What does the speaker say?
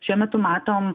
šiuo metu matom